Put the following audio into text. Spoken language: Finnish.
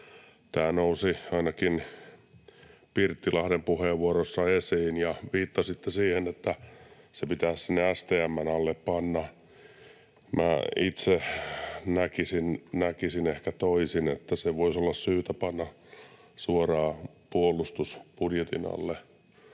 Tämä nousi ainakin Pirttilahden puheenvuorossa esiin, ja viittasitte siihen, että se pitää STM:n alle panna. Minä itse näkisin ehkä toisin, että se voisi olla syytä panna suoraan puolustusbudjetin alle